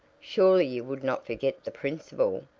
surely you would not forget the principal,